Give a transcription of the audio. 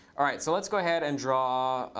all right. so let's go ahead and draw